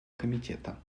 комитета